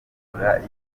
guhora